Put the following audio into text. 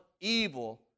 evil